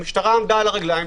המשטרה עמדה על הרגלים,